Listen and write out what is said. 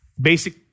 Basic